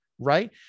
right